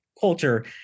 culture